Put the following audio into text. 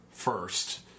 First